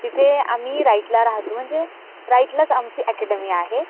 तिथे आम्ही राईटला राहतो म्हणजे राईटलाच आमची अकॅडमी आहे